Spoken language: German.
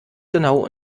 genau